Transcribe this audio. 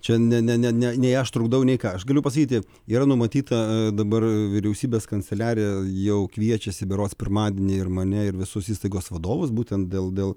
čia ne ne ne ne nei aš trukdau nei ką aš galiu pasakyti yra numatyta dabar vyriausybės kanceliarija jau kviečiasi berods pirmadienį ir mane ir visus įstaigos vadovus būtent dėl dėl